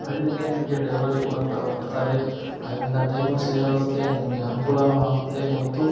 ಹಳ್ಳಿಗೆ ನಿಮಗೆ ಡೆಲವೆರಿ ಕೂಡ ಕೊಡ್ತಾರೆ ಅದರಿಂದ ಟೈಮೂ ಸೇವ್ ಆಗುತ್ತೆ ನಿಮಗೆ ಅನುಕೂಲನೂ ಆಗುತ್ತೆ ಮತ್ತು